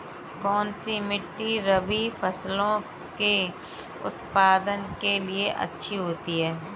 कौनसी मिट्टी रबी फसलों के उत्पादन के लिए अच्छी होती है?